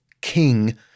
king